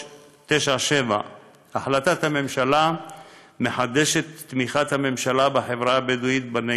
2397. החלטת הממשלה מחדשת את תמיכת הממשלה בחברה הבדואית בנגב,